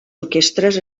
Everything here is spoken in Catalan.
orquestres